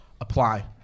apply